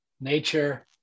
nature